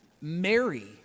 Mary